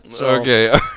okay